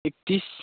एक्काइस